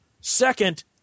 Second